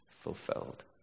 fulfilled